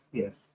yes